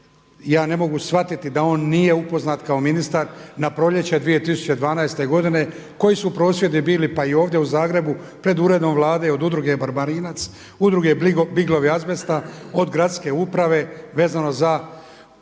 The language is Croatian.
ja ne mogu shvatiti da on nije upoznat kao ministar na proljeće 2012. godine koji su prosvjedi bili, pa i ovdje u Zagrebu pred Uredom Vlade od udruge Barbarinac, Udruge Biglovi azbesta od gradske uprave vezano za